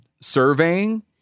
surveying